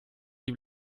die